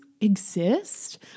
exist